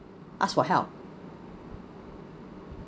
ask for help